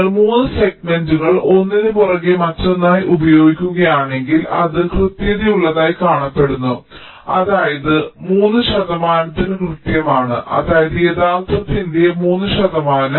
നിങ്ങൾ 3 സെഗ്മെന്റുകൾ ഒന്നിനുപുറകെ മറ്റൊന്നായി ഉപയോഗിക്കുകയാണെങ്കിൽ അത് കൃത്യതയുള്ളതായി കാണപ്പെടുന്നു അതായത് 3 ശതമാനത്തിന് കൃത്യമാണ് അതായത് യഥാർത്ഥത്തിന്റെ 3 ശതമാനം